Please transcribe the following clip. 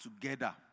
together